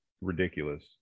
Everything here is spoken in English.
ridiculous